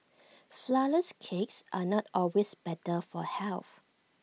Flourless Cakes are not always better for health